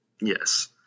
yes